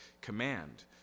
command